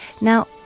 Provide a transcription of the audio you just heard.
Now